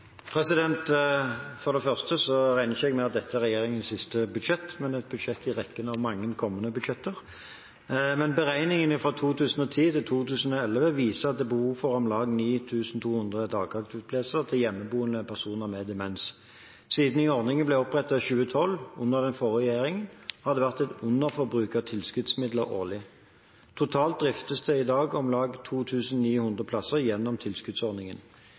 budsjett?» For det første regner jeg ikke med at dette er regjeringens siste budsjett, men et budsjett i rekken av mange kommende budsjett. Beregninger fra 2010–2011 viser at det er behov for om lag 9 200 dagaktivitetsplasser til hjemmeboende personer med demens. Siden ordningen ble opprettet i 2012, under den forrige regjeringen, har det vært et underforbruk av tilskuddsmidler årlig. Totalt driftes det i dag om lag 2 900 plasser gjennom tilskuddsordningen.